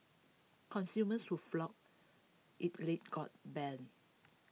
consumers who flocked IT late got bun